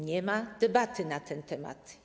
Nie ma debaty na ten temat.